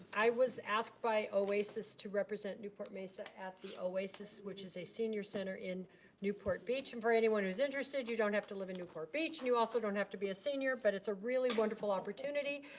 i was asked by oasis to represent newport-mesa at the oasis, which is a senior center in newport beach and for anyone who's interested, you don't have to live in newport beach and you also don't have to be a senior but it's a really wonderful opportunity.